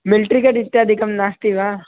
military cut इत्यादिकं नास्ति वा